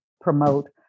promote